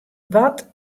wat